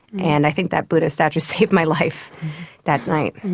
and i think that buddha statue saved my life that night.